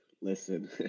Listen